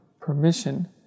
permission